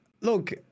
Look